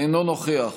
אינו נוכח